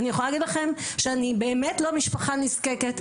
אני יכולה להגיד לכם שאני באמת לא משפחה נזקקת,